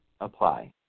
apply